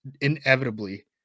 inevitably